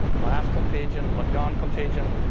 laugh contagion, yawn contagion.